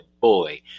boy